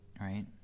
right